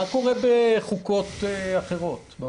מה קורה בחוקות אחרות?